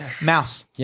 Mouse